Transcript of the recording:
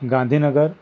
Gandhinagar